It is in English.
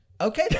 Okay